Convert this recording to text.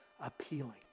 appealing